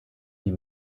die